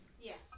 Yes